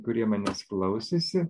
kurie manęs klausėsi